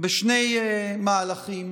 בשני מהלכים,